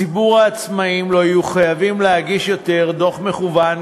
ציבור העצמאים לא יהיו חייבים להגיש דוח מקוון,